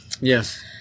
Yes